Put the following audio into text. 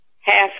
half